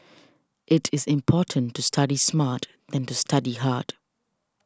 it is important to study smart than to study hard